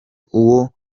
uwo